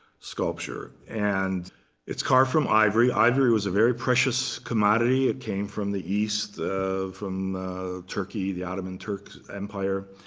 sculpture. and it's carved from ivory. ivory was a very precious commodity. it came from the east from turkey, the ottoman turks empire.